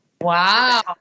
Wow